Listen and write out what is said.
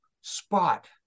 spot